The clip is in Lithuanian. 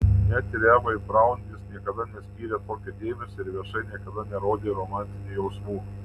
net ir evai braun jis niekada neskyrė tokio dėmesio ir viešai niekada nerodė romantinių jausmų